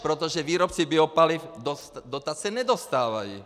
Protože výrobci biopaliv dotace nedostávají.